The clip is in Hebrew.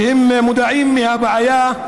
שהם מודעים לבעיה: